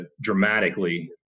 dramatically